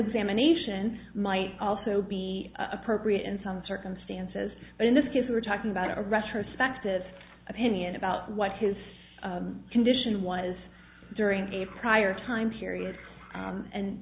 examination might also be appropriate in some circumstances but in this case we're talking about a retrospective opinion about what his condition was during a prior time period